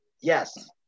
Yes